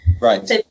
Right